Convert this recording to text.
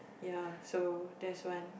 ya so that's one